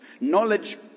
Knowledge